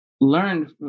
learned